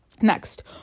Next